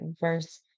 verse